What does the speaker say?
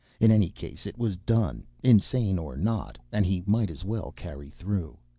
in any case it was done, insane or not, and he might as well carry through.